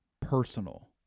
personal